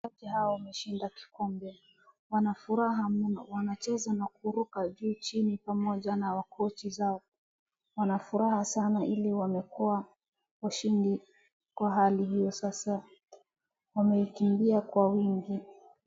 Wachezaji hawa wameshida kikombe. Wana furaha mno. Wanacheza na kuruka juu chini pamoja na makochi zao. Wana furaha sana ili wamekua washindi kwa hali hiyo sasa wameikimbia kwa wingi.